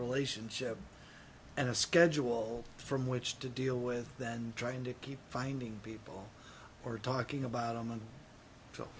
relationship and a schedule from which to deal with than trying to keep finding people or talking about